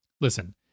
Listen